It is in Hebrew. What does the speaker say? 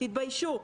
תתביישו.